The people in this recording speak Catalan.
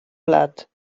blat